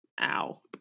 Ow